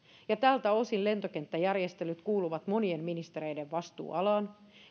tältä osin lentokenttäjärjestelyt kuuluvat monien ministereiden vastuualaan